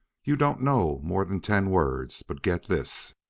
you don't know more than ten words, but get this!